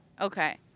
Okay